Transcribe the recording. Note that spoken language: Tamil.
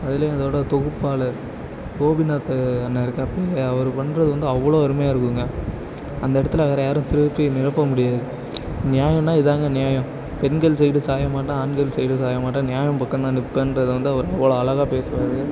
அதுலேயும் அதோடய தொகுப்பாளர் கோபிநாத் அண்ணா அவர் பண்ணுறது வந்து அவ்வளோ அருமையாக இருக்குதுங்க அந்த இடத்துல வேற யாரும் தொகுப்பி நிரப்ப முடியாது நியான்னா இதாங்க நியாயம் பெண்கள் சைடும் சாய மாட்டேன் ஆண்கள் சைடும் சாய மாட்டேன் நியாயம் பக்கம் தான் நிற்பேன்றது வந்து அவர் அவ்வளோ அழகாக பேசுவார்